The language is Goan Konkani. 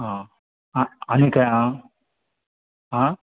आं आं आनी खंय आं हां